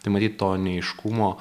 tai matyt to neaiškumo